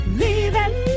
leaving